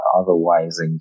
otherwise